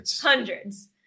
Hundreds